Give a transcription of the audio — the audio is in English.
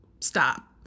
Stop